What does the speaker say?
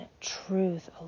truth